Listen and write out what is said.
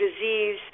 disease